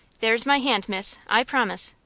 there's my hand, miss i promise.